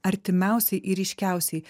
artimiausiai ir ryškiausiai